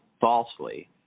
falsely